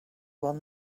one